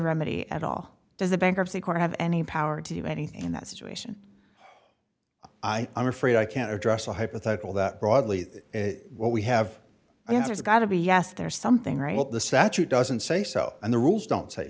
remedy at all does the bankruptcy court have any power to do anything in that situation i i'm afraid i can't address a hypothetical that broadly what we have an answer is got to be yes there's something right up the statute doesn't say so and the rules don't say